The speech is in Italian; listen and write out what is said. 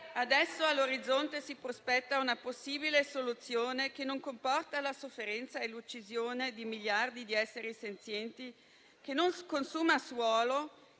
Adesso all'orizzonte si prospetta una possibile soluzione che non comporta la sofferenza e l'uccisione di miliardi di esseri senzienti, che non consuma suolo,